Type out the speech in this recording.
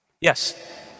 Yes